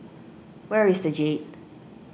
where is the Jade